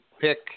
pick